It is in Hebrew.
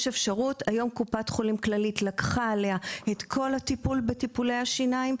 קופת חולים כללית לקחה עליה את כל הטיפול בטיפולי השיניים,